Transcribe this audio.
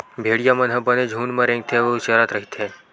भेड़िया मन ह बने झूंड म रेंगथे अउ चरत रहिथे